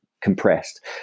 compressed